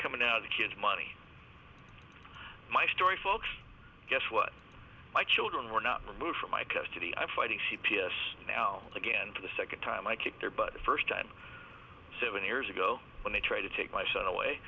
coming out the kids money my story folks guess what my children were not removed from my custody i'm fighting c p s now again for the second time i kick their but the first time seven years ago when they tried to take my son away